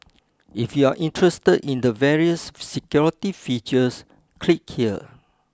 if you're interested in the various security features click here